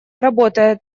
работает